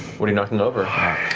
what are you knocking over?